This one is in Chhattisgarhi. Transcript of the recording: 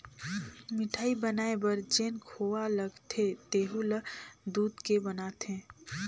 मिठाई बनाये बर जेन खोवा लगथे तेहु ल दूद के बनाथे